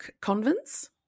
convents